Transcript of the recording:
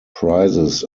prizes